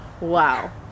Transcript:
Wow